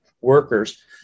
workers